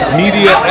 media